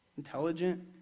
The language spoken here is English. intelligent